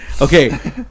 Okay